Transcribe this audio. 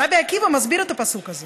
רבי עקיבא מסביר את הפסוק הזה